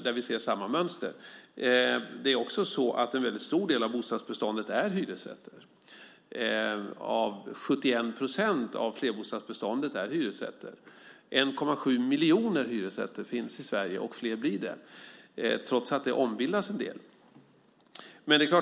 Dessutom är en stor del av bostadsbeståndet just hyresrätter. 71 procent av flerbostadsbeståndet är hyresrätter. Det finns 1,7 miljoner hyresrätter i Sverige, och fler blir det trots att en del ombildas.